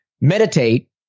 meditate